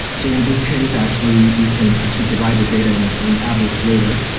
so in this case, actually, you can actually divide the data in in average later,